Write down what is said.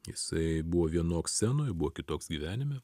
jisai buvo vienoks scenoj buvo kitoks gyvenime